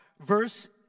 verse